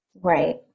right